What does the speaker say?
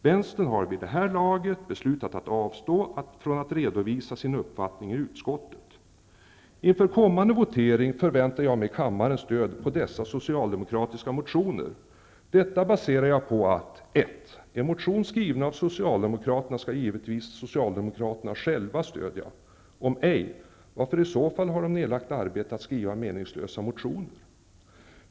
Vänstern har vid det här laget beslutat avstå från att redovisa sin uppfattning i utskottet. Inför kommande votering förväntar jag mig kammarens stöd på dessa socialdemokratiska motioner. Detta baserar jag på att: 1. En motion skriven av Socialdemokraterna, skall givetvis Socialdemokraterna själva stödja. Om ej varför i så fall har de nerlagt arbete med att skriva meningslösa motioner?